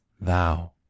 thou